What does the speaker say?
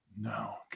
No